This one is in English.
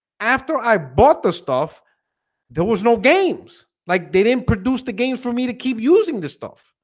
after i bought the stuff there was no games like they didn't produce the games for me to keep using this stuff